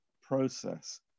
process